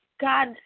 God